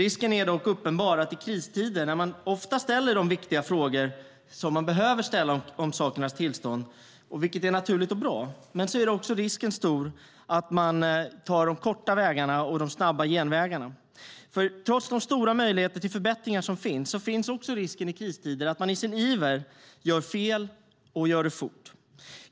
I kristider ställs ofta viktiga frågor i syfte att omvärdera sakernas tillstånd. Det är naturligt och bra. Men risken är också stor för att man tar de korta vägarna och de snabba genvägarna. Trots de stora möjligheter till förbättringar som finns, finns också risken att man i sin iver gör fel och fort.